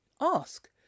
Ask